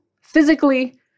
physically